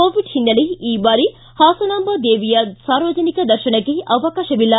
Covid ಹಿನ್ನೆಲೆ ಈ ಬಾರಿ ಹಾಸನಾಂಬ ದೇವಿಯ ಸಾರ್ವಜನಿಕ ದರ್ಶನಕ್ಕೆ ಅವಕಾಶವಿಲ್ಲ